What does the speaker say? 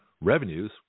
Revenues